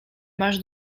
masz